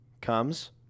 comes